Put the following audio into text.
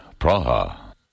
Praha